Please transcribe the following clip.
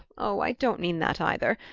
oh, i don't mean that either!